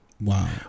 Wow